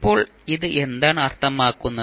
ഇപ്പോൾ ഇത് എന്താണ് അർത്ഥമാക്കുന്നത്